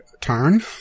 turn